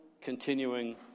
continuing